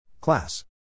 Class